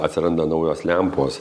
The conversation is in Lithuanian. atsiranda naujos lempos